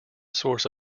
source